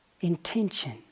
intention